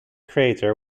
crater